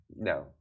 no